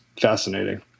fascinating